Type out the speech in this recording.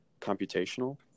computational